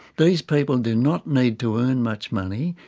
these people do not need to earn much money,